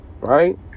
right